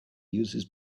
uses